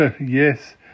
Yes